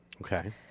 Okay